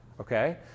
Okay